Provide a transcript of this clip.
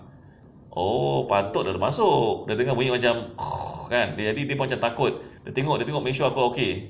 oh patut lah dia masuk dia dengar bunyi macam kan jadi dia takut dia tengok dia tengok make sure aku okay